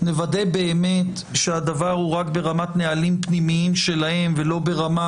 נוודא באמת שהדבר הוא רק ברמת נהלים פנימיים שלהם ולא ברמה